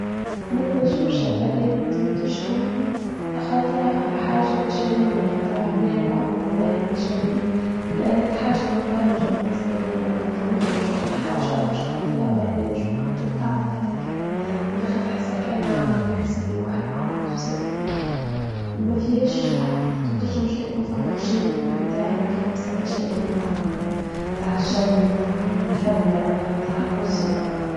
ما تنجمش الألات تنتج هن خاطرها حاجة بشرية خاطرها نابعة من مواهب بشرية الألات حاجة مبرمجة بالنسبة لي أنا في مخي نشوفها حاجة مش تحط لها برنامج محدد تعمل كذا كذا في الآخر تحسها كأنها عملية حسابية واحد مع واحد يساوي اثنين ما فيهاش حاطة تنتجها مش تكون فهمك الجانب الإبداعي أكلمسها البشرية متاع نحن متاع الجو متاع الهبلة متاع الحزن.